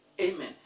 Amen